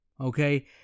okay